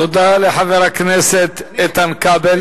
תודה לחבר הכנסת איתן כבל.